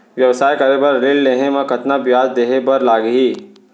व्यवसाय करे बर ऋण लेहे म कतना ब्याज देहे बर लागही?